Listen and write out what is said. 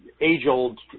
age-old